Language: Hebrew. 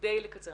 קידום נוער.